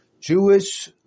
Jewish